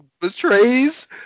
betrays